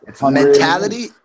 Mentality